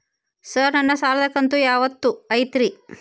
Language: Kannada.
ಸರ್ ನನ್ನ ಸಾಲದ ಕಂತು ಯಾವತ್ತೂ ಐತ್ರಿ?